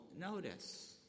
notice